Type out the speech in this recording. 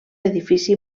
edifici